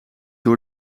door